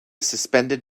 suspended